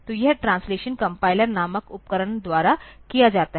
तो यह translation compiler नामक उपकरण द्वारा किया जाता है